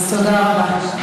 אז תודה רבה.